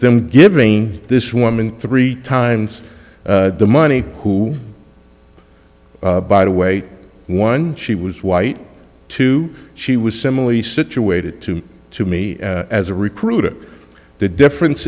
them giving this woman three times the money who by the way one she was white to she was similarly situated to me as a recruiter the difference